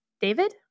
David